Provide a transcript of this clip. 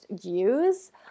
use